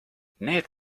need